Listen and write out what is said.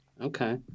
okay